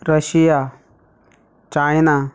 Russia China